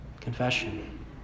confession